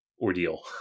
ordeal